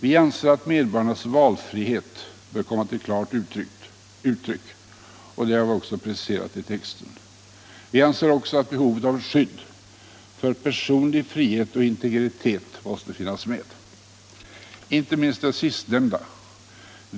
Vi anser att medborgarnas valfrihet bör komma till klart uttryck, och det har vi också preciserat i texten. Vi anser också att behovet av skydd för personlig frihet och integritet måste finnas med, inte minst det sistnämnda.